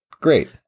Great